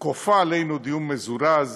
וכופה עלינו דיון מזורז,